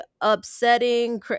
upsetting